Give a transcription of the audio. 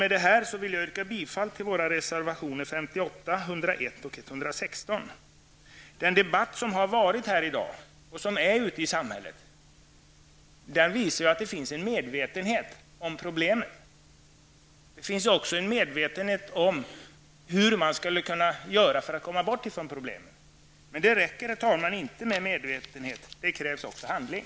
Med detta vill jag yrka bifall till våra reservationer 58, 101 och 116. Den debatt som har varit här i dag, och som också finns ute i samhället, visar att det finns en medvetenhet om problemen. Det finns också en medvetenhet om hur man skulle kunna göra för att komma bort ifrån problemen. Men det räcker inte, herr talman, med medvetenhet. Det krävs också handling.